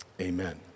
amen